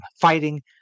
fighting